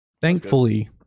thankfully